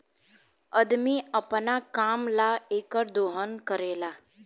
अदमी अपना काम ला एकर दोहन करेला